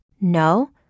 No